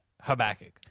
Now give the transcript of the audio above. Habakkuk